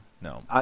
no